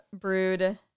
brewed